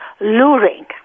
luring